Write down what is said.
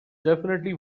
definitely